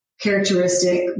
characteristic